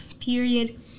period